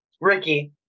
Ricky